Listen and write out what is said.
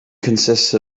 consists